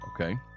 okay